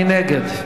מי נגד?